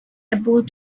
about